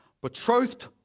betrothed